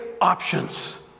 options